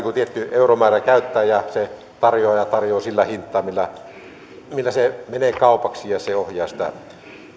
tietty euromäärä käytettäväksi ja tarjoaja tarjoaa sillä hintaa millä millä se menee kaupaksi ja se ohjaa sitä